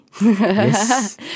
Yes